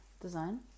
design